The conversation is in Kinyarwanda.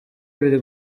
abiri